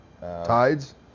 Tides